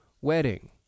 wedding